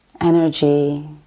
energy